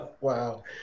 Wow